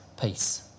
peace